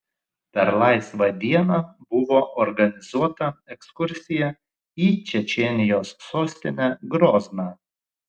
per laisvą dieną buvo organizuota ekskursija į čečėnijos sostinę grozną